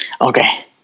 Okay